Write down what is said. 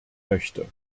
möchte